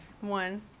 one